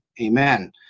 Amen